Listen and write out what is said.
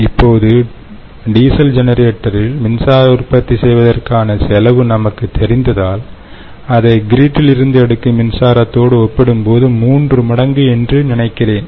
இப்போது டீசல் ஜெனரேட்டரில் மின்சாரம் உற்பத்தி செய்வதற்கான செலவு நமக்குத் தெரிந்ததால்அதை கிரீட்டில் இருந்து எடுக்கும் மின்சாரத்தோடு ஒப்பிடும்போது 3 மடங்கு என்று நினைக்கிறேன்